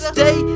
Stay